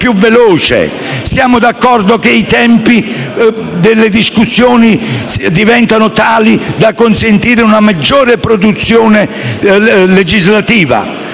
Siamo d'accordo che i tempi delle discussioni siano tali da consentire una maggior produzione legislativa;